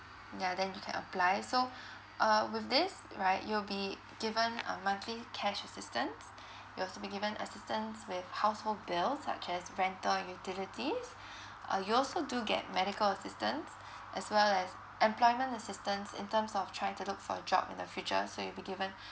ya then you can apply so uh with this right you will be given a monthly cash assistance you'll also be given assistance with household bills such as rental and utilities uh you also do get medical assistance as well as employment assistance in terms of trying to look for a job in the future so you'll be given